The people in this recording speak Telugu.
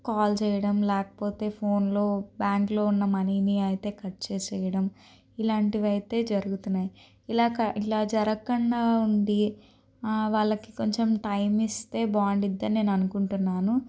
కాల్ చేయడం లేకపోతే ఫోన్లో బ్యాంక్లో ఉన్న మనీని అయితే కట్ చేయడం ఇలాంటివి అయితే జరుగుతున్నాయి ఇలా క ఇలా జరగకుండా ఉండి వాళ్ళకి కొంచెం టైం ఇస్తే బాగుంటుందని నేను అనుకుంటున్నాను